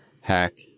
hack